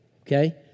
okay